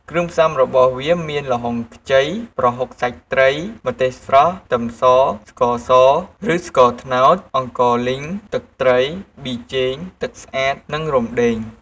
គ្រឿងផ្សំរបស់វាមាន ល្ហុងខ្ចី ប្រហុកសាច់ត្រី ម្ទេសស្រស់ ខ្ទឹមស ស្ករស ឬ ស្ករត្នោត អង្កលីង ទឹកត្រី ប៊ីចេង ទឹកស្អាត និងរំដេង។